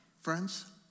Friends